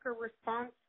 response